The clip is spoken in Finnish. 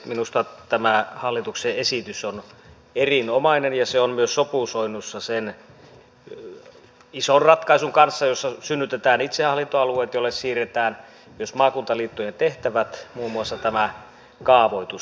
minusta tämä hallituksen esitys on erinomainen ja se on myös sopusoinnussa sen ison ratkaisun kanssa jossa synnytetään itsehallintoalueet joille siirretään myös maakuntaliittojen tehtävät muun muassa tämä kaavoitus